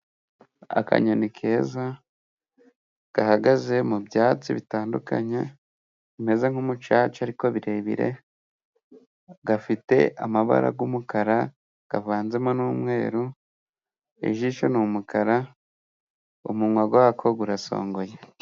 Akanyoni keza gahagaze mu byatsi bitandukanye bimeze nk'umucaca ariko birebire, gafite amabara y'umukara avanzemo n'umweru, ijisho ni umukara, umunwa wako urasongoye.